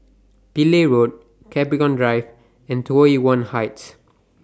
Pillai Road Capricorn Drive and Tai Yuan Heights